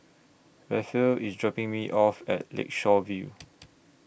Rafe IS dropping Me off At Lakeshore View